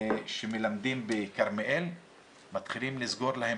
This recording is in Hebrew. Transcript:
הם מלמדים בכרמיאל ומתחילים לסגור להם